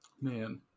Man